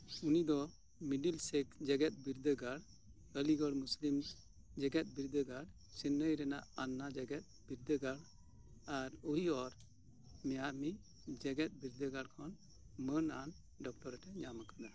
ᱩᱱᱤᱫᱚ ᱢᱤᱰᱤᱞᱥᱮᱠᱥ ᱡᱮᱜᱮᱫᱽᱵᱤᱨᱫᱟᱹᱜᱟᱲ ᱟᱞᱤᱜᱚᱲ ᱢᱩᱥᱞᱤᱢ ᱡᱮᱜᱮᱫᱽᱵᱤᱨᱫᱟᱹᱜᱟᱲ ᱪᱮᱱᱱᱟᱭ ᱨᱮᱱᱟᱜ ᱟᱱᱱᱟ ᱡᱮᱜᱮᱫᱽᱵᱤᱨᱫᱟᱹᱜᱟᱲ ᱟᱨ ᱳᱦᱤᱭᱚᱨ ᱢᱤᱭᱟᱢᱤ ᱡᱮᱜᱮᱫᱽᱵᱤᱨᱫᱟᱹᱜᱟᱲ ᱠᱷᱚᱱ ᱢᱟᱹᱱᱟᱱ ᱰᱚᱠᱴᱚᱨᱮᱴᱮ ᱮ ᱧᱟᱢ ᱟᱠᱟᱫᱟ